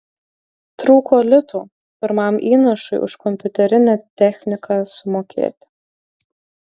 trūko litų pirmam įnašui už kompiuterinę techniką sumokėti